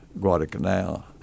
Guadalcanal